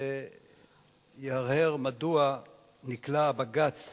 ויהרהר מדוע נקלע בג"ץ